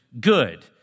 good